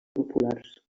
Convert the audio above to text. populars